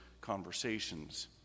conversations